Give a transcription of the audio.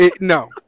No